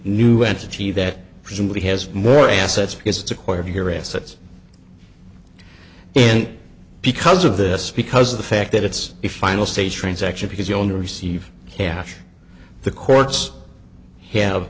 new entity that presumably has more assets because it's a quarter of your assets and because of this because of the fact that it's the final stage transaction because you only receive cash the courts have